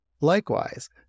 Likewise